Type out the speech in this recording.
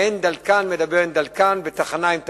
ואין דלקן מדבר עם דלקן ותחנה עם תחנה.